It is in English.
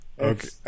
Okay